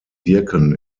wirken